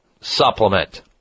supplement